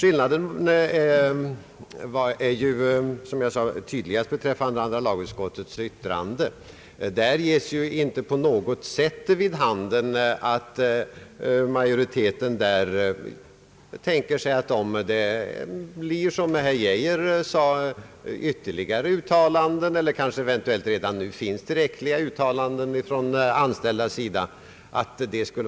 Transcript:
I andra lagutskottets yttrande ger ju majoriteten inte på något sätt uttryck åt att en utredning skulle vara motiverad om det, som herr Geijer sade, blir ytterligare uttalanden eller kanske redan nu eventuellt finns tillräckliga uttalanden från de anställdas sida.